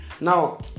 Now